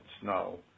snow